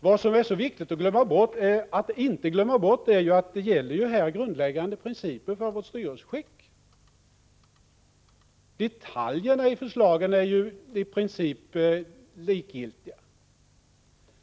Vad som är så viktigt att inte glömma bort är att det här gäller grundläggande principer för vårt styrelseskick. Detaljerna i förslagen är i princip likgiltiga.